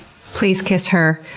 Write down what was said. please kiss her,